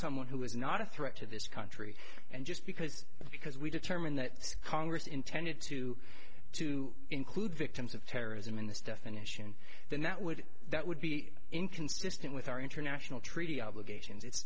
someone who is not a threat to this country and just because because we determine that congress intended to to include victims of terrorism in this definition then that would that would be inconsistent with our international treaty obligations it's